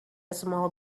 small